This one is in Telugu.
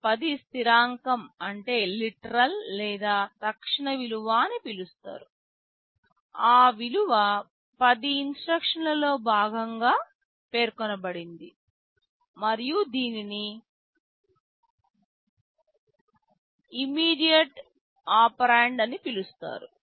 ఆ 10 స్థిరాంకం అంటే లిటరల్ లేదా తక్షణ విలువ అని పిలుస్తారు ఆ విలువ 10 ఇన్స్ట్రక్షన్ లో భాగంగా పేర్కొనబడింది మరియు దీనిని ఇమీడియట్ ఆపరెండు అని పిలుస్తారు